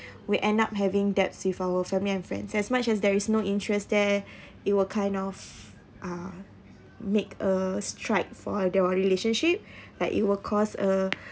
we end up having debts with our family and friends as much as there is no interest there it will kind of uh make a strike for their relationship like it will cause a